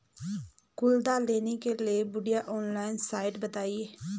कुदाल लेने के लिए बढ़िया ऑनलाइन साइट बतायें?